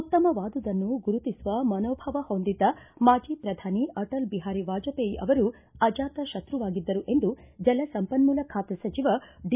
ಉತ್ತಮವಾದುದನ್ನು ಗುರುತಿಸುವ ಮನೋಭಾವ ಹೊಂದಿದ್ದ ಮಾಜಿ ಪ್ರಧಾನಿ ಅಟಲ್ ಬಿಹಾರಿ ವಾಜಪೇಯಿ ಅವರು ಅಜಾತ ಶತ್ರುವಾಗಿದ್ದರು ಎಂದು ಜಲ ಸಂಪನ್ನೂಲ ಖಾತೆ ಸಚಿವ ಡಿ